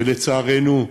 ולצערנו,